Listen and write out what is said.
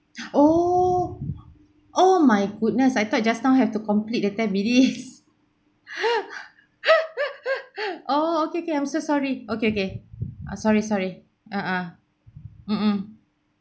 oh oh my goodness I thought just now have to complete the ten minutes orh okay okay I'm so sorry okay okay sorry sorry a'ah mm mm